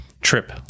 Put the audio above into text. trip